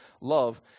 love